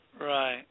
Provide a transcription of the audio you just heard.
Right